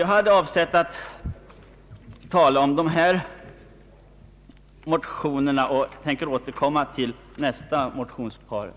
Jag hade avsett att nu tala om utlåtandet 159 och ämnar återkomma till utlåtandet nr 160.